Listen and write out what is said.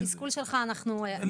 את התסכול שלך פרקת.